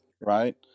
right